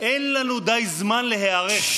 אין לנו די זמן להיערך.